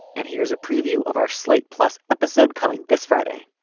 and here's a preview of our slate plus episode coming this friday.